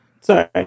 Sorry